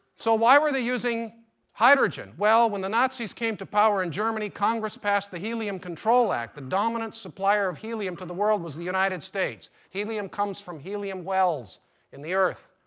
so why are they using hydrogen? well, when the nazis came to power in germany, congress passed the helium control act. the dominant supplier of helium to the world was the united states. helium comes from helium wells in the earth.